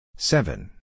Seven